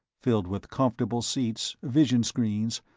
filled with comfortable seats, vision-screens,